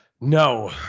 No